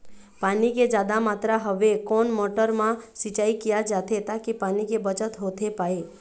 पानी के जादा मात्रा हवे कोन मोटर मा सिचाई किया जाथे ताकि पानी के बचत होथे पाए?